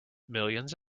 millions